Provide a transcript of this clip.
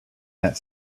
that